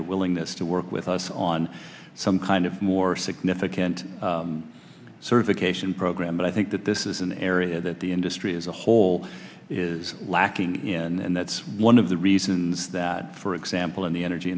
their willingness to work with us on on some kind of more significant certification program but i think that this is an area that the industry as a whole is lacking and that's one of the reasons that for example in the energy